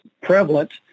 prevalent